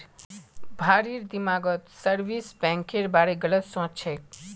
भारिर दिमागत स्विस बैंकेर बारे गलत सोच छेक